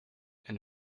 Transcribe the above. and